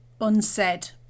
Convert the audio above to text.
unsaid